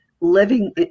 living